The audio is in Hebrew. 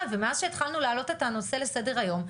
ומאז שהתחלנו להעלות את הנושא לסדר היום,